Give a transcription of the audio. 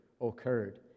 occurred